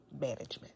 management